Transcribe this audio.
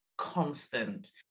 Constant